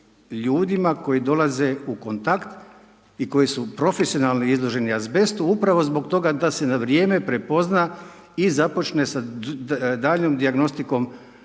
ljudima koji dolaze u kontakt i koji su profesionalno izloženi azbestu, upravo zbog toga da se na vrijeme prepozna i započne sa daljom dijagnostikom